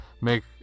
make